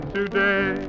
today